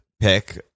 pick